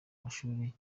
mashuri